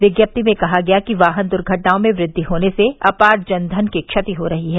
विज्ञप्ति में कहा गया कि वाहन दुर्घटनाओं में वृद्धि होने से अपार जनधन की क्षति हो रही है